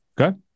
Okay